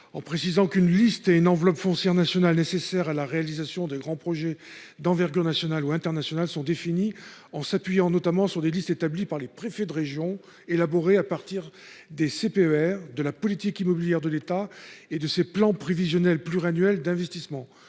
En précisant qu'une liste et une enveloppe foncière nationale nécessaires à la réalisation de grands projets d'envergure nationale ou internationale sont définies en s'appuyant notamment sur des listes établies par les préfets de région, élaboré à partir des CPER de la politique immobilière de l'État et de ses plans prévisionnels pluriannuels d'investissement